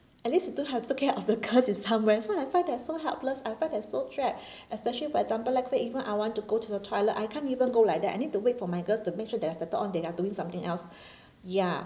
at least he don't have to take care of the girls he's somewhere so I find that I'm so helpless I felt that I'm so trapped especially for example let's say even I want to go to the toilet I can't even go like that I need to wait for my girls to make sure that they've settled down their are doing something else ya